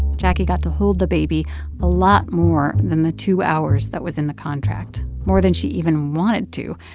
jacquie got to hold the baby a lot more than the two hours that was in the contract, more than she even wanted to.